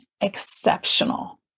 exceptional